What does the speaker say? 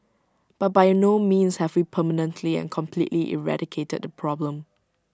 but by no means have we permanently and completely eradicated the problem